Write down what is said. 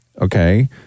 okay